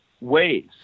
ways